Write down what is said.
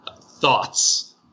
Thoughts